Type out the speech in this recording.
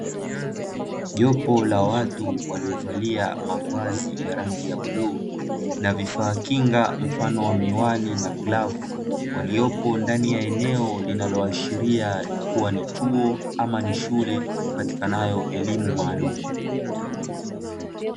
Jopo la watu waliovalia mavazi ya rangi ya bluu na vifaa kinga mfano wa miwani na glavu, waliopo ndani ya eneo linaloashiria kua ni chuo ama ni shule ipatikanayo elimu maalumu.